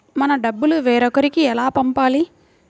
మన డబ్బులు వేరొకరికి ఎలా పంపాలి?